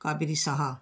Kaveri Saha